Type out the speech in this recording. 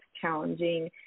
challenging